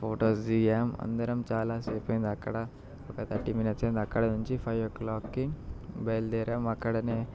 photos దిగాము అందరం చాలాసేపు అయింది అక్కడ ఒక థర్టీ మినిట్స్ అయింది అక్కడి నుంచి ఫైవ్ ఓ క్లాక్కి బయలుదేరాము అక్కడనే